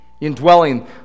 Indwelling